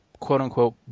quote-unquote